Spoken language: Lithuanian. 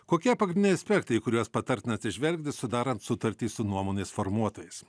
kokie pagrindiniai aspektai į kuriuos patartina atsižvelgti sudarant sutartį su nuomonės formuotojais